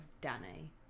Danny